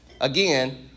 Again